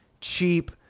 cheap